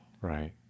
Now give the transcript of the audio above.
Right